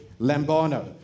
lambano